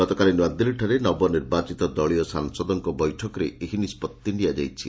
ଗତକାଲି ନ୍ଆଦିଲ୍ଲୀଠାରେ ନବନିର୍ବାଚିତ ଦଳୀୟ ସାଂସଦଙ୍କ ବୈଠକରେ ଏହି ନିଷ୍ବଭି ନିଆଯାଇଛି